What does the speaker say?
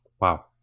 Wow